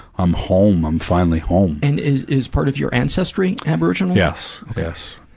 i'm home, i'm finally home. and is is part of your ancestry aboriginal? yes, yes,